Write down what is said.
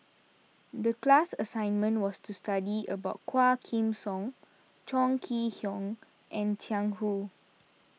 the class assignment was to study about Quah Kim Song Chong Kee Hiong and Jiang Hu